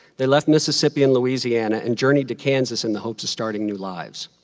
they left mississippi and louisiana and journeyed to kansas in the hopes of starting new lives.